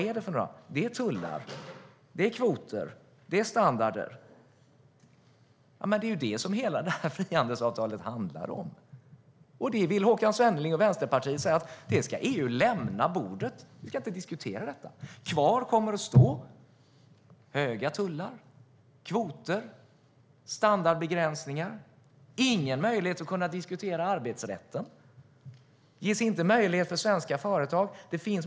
Jo, det är tullar, kvoter och standarder. Det är ju det som hela det här frihandelsavtalet handlar om. Men Håkan Svenneling och Vänsterpartiet vill att EU ska lämna bordet och inte diskutera detta. Kvar kommer det att finnas höga tullar, kvoter och standardbegränsningar. Det kommer inte att finnas några möjligheter att diskutera arbetsrätten.